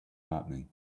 happening